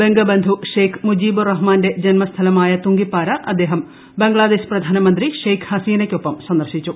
ബംഗബന്ധു ഷേക്ക് മൂജിബൂർ റഹുമാന്റെ ജന്മസ്ഥലമായ തുങ്കിപ്പാറ അദ്ദേഹം ബംഗ്ലാദേശ് പ്രധാനമന്ത്രി ഷേക്ക് ഹസീനയ്ക്കൊപ്പം സന്ദർശിച്ചു